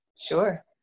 Sure